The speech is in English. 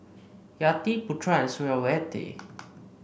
Yati Putra Suriawati